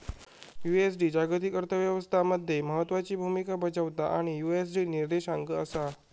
USD जागतिक अर्थ व्यवस्था मध्ये महत्त्वाची भूमिका बजावता आणि यु.एस.डी निर्देशांक असा